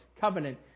covenant